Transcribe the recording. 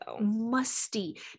musty